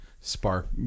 spark